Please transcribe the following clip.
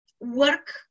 work